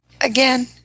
again